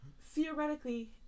theoretically